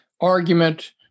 argument